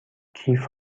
کیف